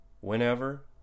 whenever